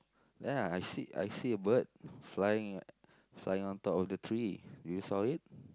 ya I see I see a bird flying flying on top of the tree do you saw it